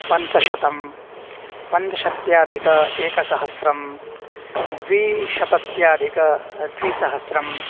पञ्चशतं पञ्चाशत्यधिक एकसहस्रं द्विशत्यधिक द्विसहस्रम्